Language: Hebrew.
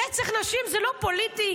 רצח נשים זה לא פוליטי.